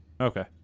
Okay